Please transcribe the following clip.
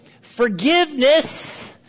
forgiveness